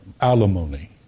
alimony